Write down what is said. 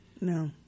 No